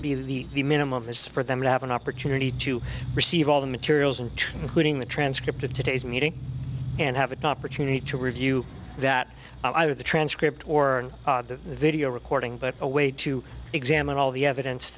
be the minimum is for them to have an opportunity to receive all the materials and getting the transcript of today's meeting and have an opportunity to review that either the transcript or the video recording but a way to examine all the evidence